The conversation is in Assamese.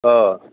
অঁ